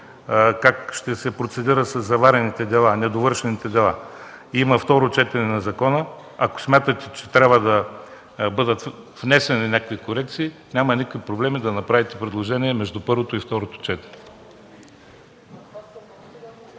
как ще се процедира със заварените дела, с недовършените дела – има второ четене на закона, и ако смятате, че трябва да бъдат внесени някакви корекции, няма никакви проблеми да направите предложения между първо и второ четене.